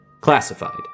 Classified